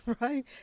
Right